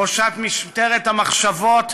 ראשת משטרת המחשבות,